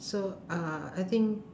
so uh I think